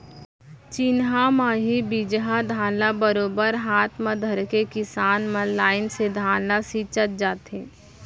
चिन्हा म ही बीजहा धान ल बरोबर हाथ म धरके किसान मन लाइन से धान ल छींचत जाथें